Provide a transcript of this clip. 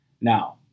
Now